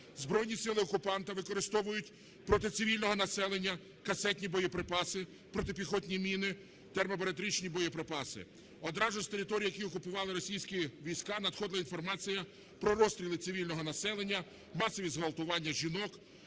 збройні сили окупанта використовують проти цивільного населення касетні боєприпаси, протипіхотні міни, термобаричні боєприпаси. Одразу з територій, які окупували російські війська, надходила інформація про розстріли цивільного населення, масові зґвалтування жінок,